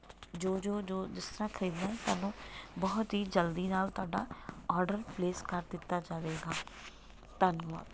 ਜੋ ਜੋ ਜੋ ਜਿਸ ਤਰ੍ਹਾਂ ਖਰੀਦਣਾ ਤੁਹਾਨੂੰ ਬਹੁਤ ਹੀ ਜਲਦੀ ਨਾਲ ਤੁਹਾਡਾ ਆਰਡਰ ਪਲੇਸ ਕਰ ਦਿੱਤਾ ਜਾਵੇਗਾ ਧੰਨਵਾਦ